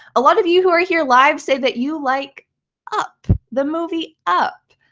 a lot of you who are here live say that you like up, the movie up.